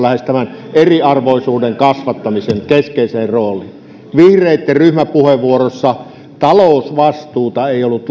tämän eriarvoisuuden kasvattamisen keskeiseen rooliin vihreitten ryhmäpuheenvuorossa talousvastuuta ei ollut